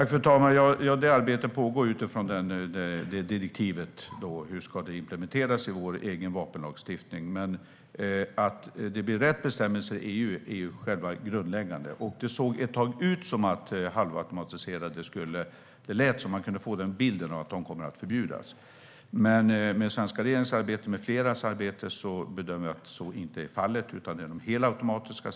Fru talman! Arbetet pågår med att se hur det direktivet ska implementeras i vår egen vapenlagstiftning. Att det blir rätt bestämmelser i EU är grundläggande. Det lät ett tag som om halvautomatiska vapen skulle förbjudas. Men med den svenska regeringens arbete och andras arbete bedömer jag att så inte är fallet utan att det är fråga om de helautomatiska vapnen.